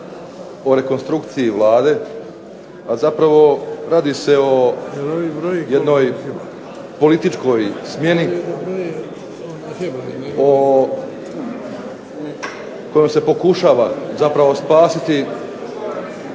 o rekonstrukciji Vlade, a zapravo radi se o jednoj političkoj smjeni, kojom se pokušava zapravo spasiti